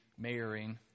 mayoring